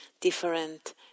different